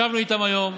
ישבנו איתם היום,